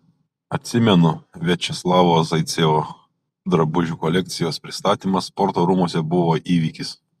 atsimenu viačeslavo zaicevo drabužių kolekcijos pristatymas sporto rūmuose buvo įvykis